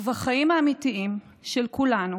ובחיים האמיתיים של כולנו,